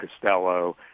Costello